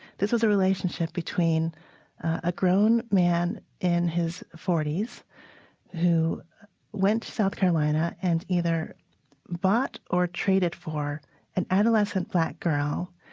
this was a relationship between a grown man in his forty s who went to south carolina and either bought or traded for an adolescent black girl,